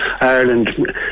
Ireland